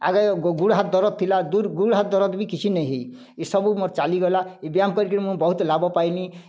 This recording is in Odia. ଆଗେ ଗୁଡ଼୍ ହାତ୍ ଦରଦ୍ ଥିଲା ଗୁଡ଼୍ ହାତ୍ ଦରଦ୍ ବି କିଛି ନାଇଁ ହେଇ ଏସବୁ ମୋର୍ ଚାଲିଗଲା ଏ ବ୍ୟାୟାମ୍ କରି କରି ମୁଇଁ ବହୁତ୍ ଲାଭ ପାଇଲି